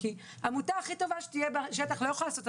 כי עמותה הכי טובה שתהיה בשטח לא יכולה לעשות את